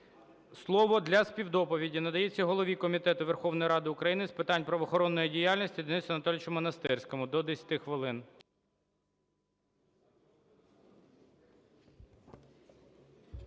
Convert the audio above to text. Слово для співдоповіді надається голові Комітету Верховної Ради України з питань правоохоронної діяльності Денису Анатолійовичу Монастирському. До 10 хвилин.